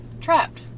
trapped